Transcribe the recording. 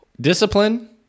Discipline